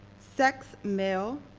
sex, male,